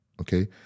Okay